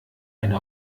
eine